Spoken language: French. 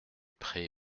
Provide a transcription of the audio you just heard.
pré